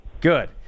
Good